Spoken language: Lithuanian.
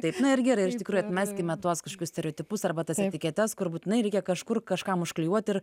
taip na ir gerai ir iš tikrųjų atmeskime tuos kažkokius stereotipus arba tas etiketes kur būtinai reikia kažkur kažkam užklijuoti ir